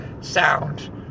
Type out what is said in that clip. sound